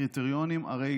הרי